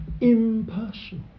impersonal